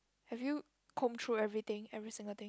have you combed through everything every single thing